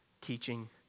teaching